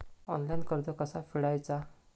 Online कर्ज कसा फेडायचा?